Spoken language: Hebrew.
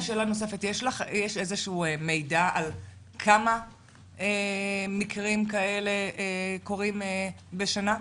יש איזשהו מידע כמה מקרים כאלה קורים בשנה?